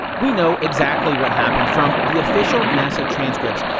we know exactly what happened from the official nasa transcripts,